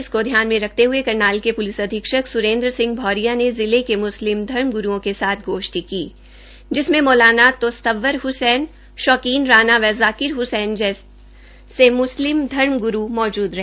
इसको ध्यान के रखते ह्ये करनाल के प्लिस अधीक्षक स्रेन्द्र सिंह औरिया ने जिले के मुस्लिम धर्म ग्रूओं के साथ गोष्ठी की जिसमें मौलाना तोसब्वर ह्सैन शौकीन राणा व जाकिर ह्सैन आदि मुस्लिम धर्म गुरू मौजूद रहे